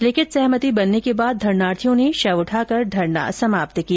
लिखित सहमति बनने के बाद धरनार्थियों ने शव उठाकर धरना समाप्त किया